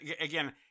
again